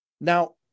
Now